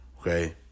Okay